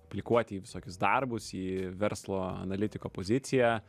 aplikuoti į visokius darbus į verslo analitiko poziciją